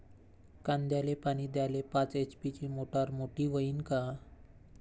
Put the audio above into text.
कांद्याले पानी द्याले पाच एच.पी ची मोटार मोटी व्हईन का?